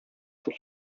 шул